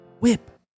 whip